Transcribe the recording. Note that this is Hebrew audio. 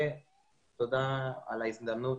תודה על ההזדמנות